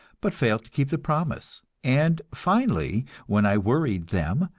but failed to keep the promise, and finally, when i worried them,